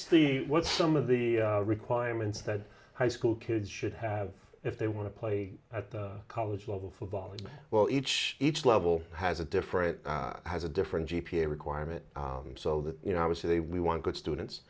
the what's some of the requirements that high school kids should have if they want to play at the college level football well each each level has a different has a different g p a requirement so that you know obviously we want good students